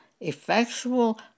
effectual